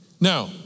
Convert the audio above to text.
Now